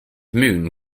moon